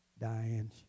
dying